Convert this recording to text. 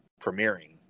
premiering